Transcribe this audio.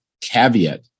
caveat